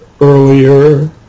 earlier